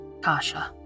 Kasha